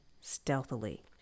stealthily